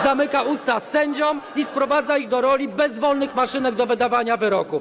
Zamyka usta sędziom i sprowadza ich do roli bezwolnych maszynek do wydawania wyroków.